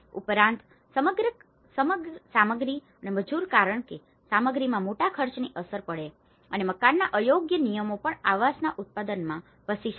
ઉપરાંત સામગ્રી અને મજૂર કારણ કે સામગ્રીમાં મોટા ખર્ચની અસર પડે છે અને મકાનના અયોગ્ય નિયમો પણ આવાસના ઉત્પાદનમાં વસી શકે છે